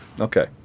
okay